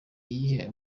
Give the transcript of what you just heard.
iyihe